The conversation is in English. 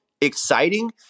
exciting